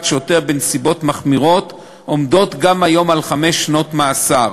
שוטר בנסיבות מחמירות עומדים גם היום על חמש שנות מאסר.